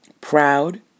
proud